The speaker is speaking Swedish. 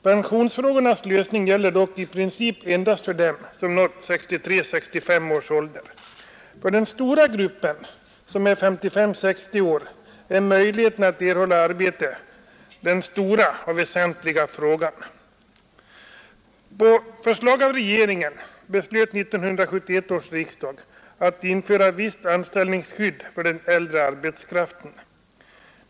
Pensionsfrågornas lösning gäller dock i princip endast dem som nått 63-65 års ålder. För den stora gruppen, som är 55 —60 år, är möjligheten att erhålla arbete den stora och väsentliga frågan. På förslag av regeringen beslöt 1971 års riksdag att införa visst anställningsskydd för den äldre arbetskraften.